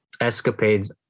escapades